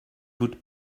would